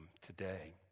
today